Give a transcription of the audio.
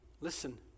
Listen